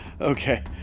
Okay